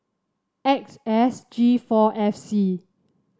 X S G four F C